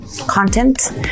content